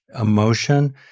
emotion